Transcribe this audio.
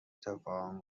تفاهم